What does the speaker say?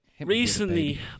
recently